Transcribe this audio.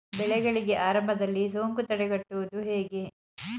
ಬೆಳೆಗಳಿಗೆ ಆರಂಭದಲ್ಲಿ ಸೋಂಕು ತಡೆಗಟ್ಟುವುದು ಹೇಗೆ?